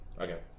Okay